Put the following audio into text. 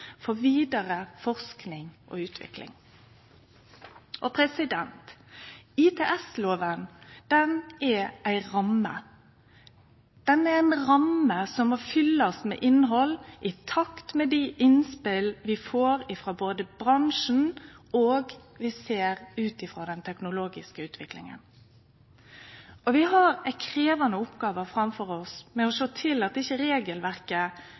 for vidare forsking og utvikling. ITS-lova er ei ramme som må fyllast med innhald i takt med dei innspela vi får frå bransjen, og ut frå den teknologiske utviklinga. Vi har ei krevjande oppgåve framfor oss med å sjå til at regelverket ikkje